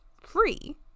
free